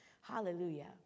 Hallelujah